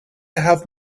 have